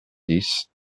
dix